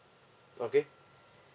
okay